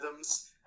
algorithms